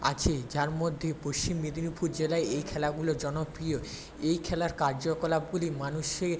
আছে যার মধ্যে পশ্চিম মেদিনীপুর জেলায় এই খেলাগুলো জনপ্রিয় এই খেলার কার্যকলাপগুলি মানুষ